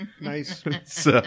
nice